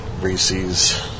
Reese's